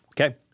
Okay